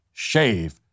Shave